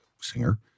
singer